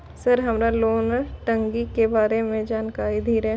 Sir हमरा loan टंगी के बारे में जान कारी धीरे?